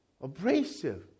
abrasive